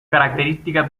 característica